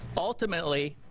ultimately,